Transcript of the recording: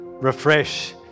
Refresh